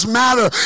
matter